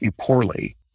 poorly